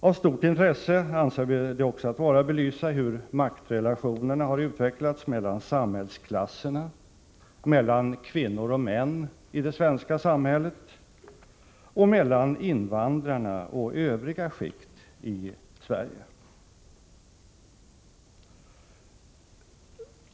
Av stort intresse anser vi det också vara att belysa hur maktrelationerna har utvecklats mellan samhällsklasserna, mellan kvinnor och män i det svenska samhället och mellan invandrarna och övriga skikt i Sverige.